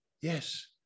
Yes